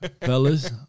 Fellas